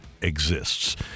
exists